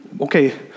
Okay